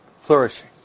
flourishing